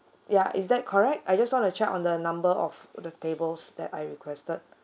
ya is that correct I just want to check on the number of the tables that I requested